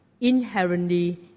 inherently